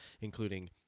including